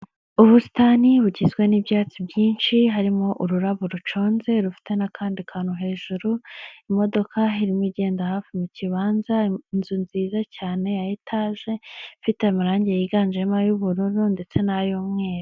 Ubusitani bugizwe n'ibyatsi byinshi harimo ururabo ruconze rufite n'akandi kantu hejuru imodoka haririmo igenda hafi mu kibanza inzu nziza cyane ya etage ifite amarangi yiganjemo ay'ubururu ndetse nay'umweru.